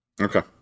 Okay